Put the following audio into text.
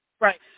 Right